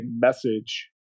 message